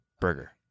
burger